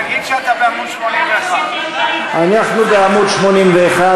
תגיד שאתה בעמוד 81. אנחנו בעמוד 81,